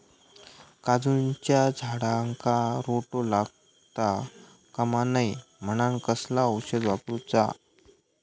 काजूच्या झाडांका रोटो लागता कमा नये म्हनान कसला औषध वापरूचा?